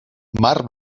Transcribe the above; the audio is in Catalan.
mar